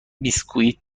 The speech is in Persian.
بیسکوییت